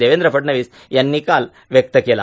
देवेंद्र फडणवीस यांनी काल इथं व्यक्त केला